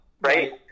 Right